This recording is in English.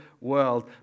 world